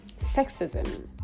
sexism